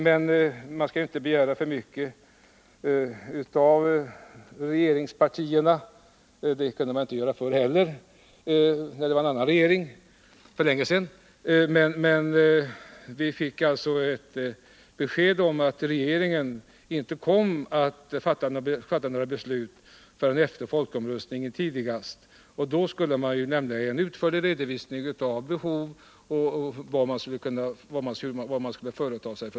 Men man skall inte begära för mycket av regeringspartierna — det kunde man inte förr heller, för länge sedan, när vi hade en annan regering — och vi fick ett besked om att regeringen inte tänkte ta ställning till någonting förrän tidigast efter folkomröstningen. Då skulle man lämna en utförlig redovisning av behoven och av vad man skulle företa sig.